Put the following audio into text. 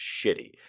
shitty